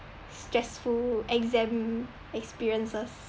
stressful exam experiences